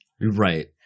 Right